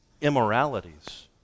Immoralities